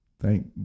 thank